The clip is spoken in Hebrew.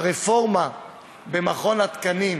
הרפורמה במכון התקנים,